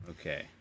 Okay